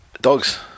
Dogs